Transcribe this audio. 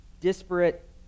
disparate